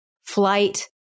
flight